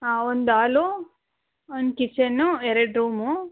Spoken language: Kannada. ಹಾಂ ಒಂದು ಆಲು ಒಂದು ಕಿಚನ್ನು ಎರಡು ರೂಮು